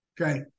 Okay